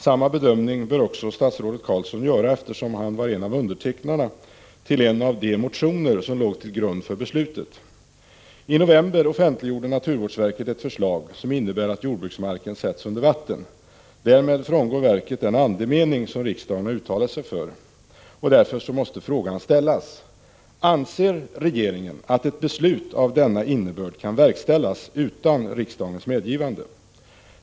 Samma bedömning bör också statsrådet Carlsson göra, eftersom han var en av undertecknarna av en av de motioner som låg till grund för beslutet. I november offentliggjorde naturvårdsverket ett förslag som innebär att jordbruksmarken sätts under vatten. Därmed frångår verket den andemening som riksdagen har uttalat sig för. Därför måste frågan ställas: Anser regeringen att ett beslut av denna innebörd kan verkställas utan riksdagens medgivande?